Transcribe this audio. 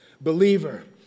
Believer